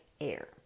air